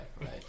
Right